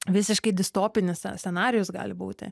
visiškai distopinis scenarijus gali būti